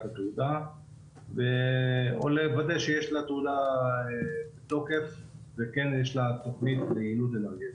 התעודה או לוודא שיש לתעודה תוקף וכן יש לה תוכנית ליעילות אנרגטית.